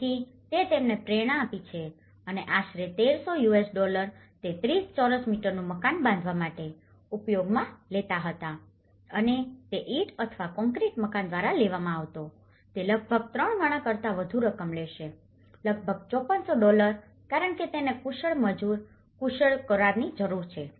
તેથી તે તેમને પ્રેરણા આપી છે અને આશરે 1300 યુએસ ડોલર તે 30 ચોરસ મીટરનું મકાન બાંધવા માટે ઉપયોગમાં લેતા હતા અને તે ઇંટ અથવા કોંક્રિટ મકાન દ્વારા લેવામાં આવતો તે લગભગ ત્રણ ગણા કરતાં વધુ રકમ લેશે લગભગ 5400 ડોલર કારણ કે તેને કુશળ મજૂર કુશળ કરારની જરૂર છે